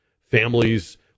Families